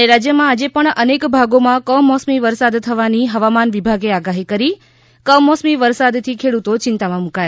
ઃ રાજ્યમાં આજે પણ અનેક ભાગોમાં કમોસમી વરસાદ થવાની હવામાન વિભાગે આગાહી કરી કમોસમી વરસાદથી ખેડૂતો ચિંતામાં મુકાયા